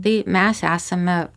tai mes esame